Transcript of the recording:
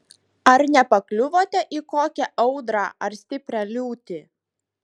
ar nepakliuvote į kokią audrą ar stiprią liūtį